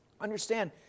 Understand